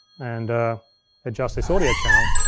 and adjust this audio channel,